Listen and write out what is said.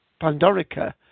Pandorica